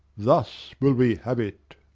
thus will we have it.